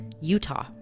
utah